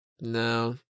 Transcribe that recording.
No